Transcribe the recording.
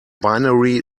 binary